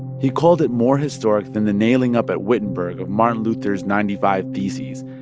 he called it more historic than the nailing up at wittenberg of martin luther's ninety five theses,